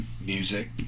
music